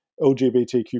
LGBTQ